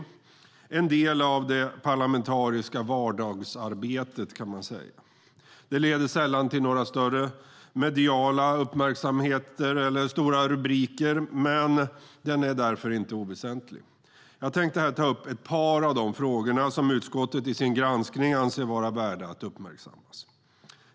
Man kan säga att den är en del av det parlamentariska vardagsarbetet. Den leder sällan till någon större medial uppmärksamhet eller stora rubriker men är trots det inte oväsentlig. Jag tänkte här ta upp ett par av de frågor som utskottet i sin granskning anser vara värda att uppmärksamma.